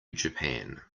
japan